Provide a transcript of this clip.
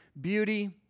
beauty